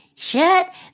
Shut